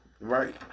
Right